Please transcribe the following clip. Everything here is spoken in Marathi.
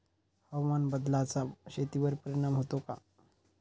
हवामान बदलाचा शेतीवर परिणाम होतो का?